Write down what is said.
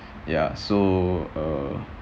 ya so uh